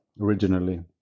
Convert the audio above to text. originally